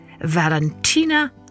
Valentina